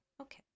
okay